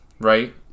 right